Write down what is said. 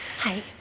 Hi